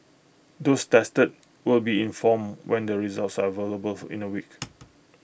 those tested will be informed when the results are available in A week